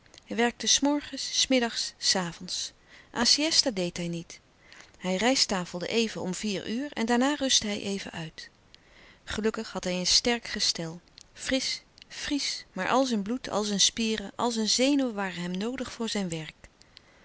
hij werkte s morgens s middags s avonds aan siësta deed hij niet hij rijsttafelde even om vier uur en daarna rustte hij even uit gelukkig had hij een sterk gestel frisch friesch maar al zijn bloed al zijn spieren al zijn zenuwen waren hem noodig voor zijn werk